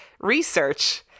research